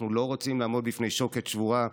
אנחנו לא רוצים לעמוד בפני שוקת שבורה.